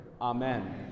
amen